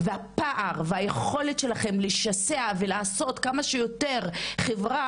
והפער והיכולת שלכן לשסע ולעשות כמה שיותר חברה